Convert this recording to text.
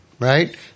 Right